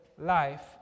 life